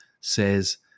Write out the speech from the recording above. says